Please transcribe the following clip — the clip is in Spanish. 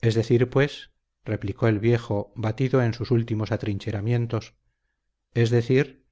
es decir pues replicó el viejo batido en sus últimos atrincheramientos es decir